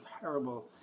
parable